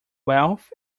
wealth